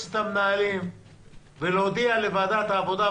מועצת המנהלים ולהודיע לוועדת העבודה,